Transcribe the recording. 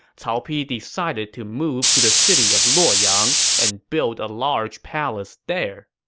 cao pi decided to move to the city of luoyang and build a large palace there